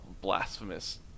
blasphemous